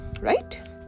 right